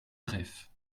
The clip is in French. bref